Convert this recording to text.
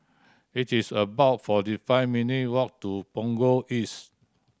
it is about forty five minute walk to Punggol East